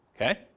okay